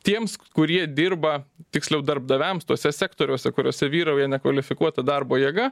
tiems kurie dirba tiksliau darbdaviams tuose sektoriuose kuriuose vyrauja nekvalifikuota darbo jėga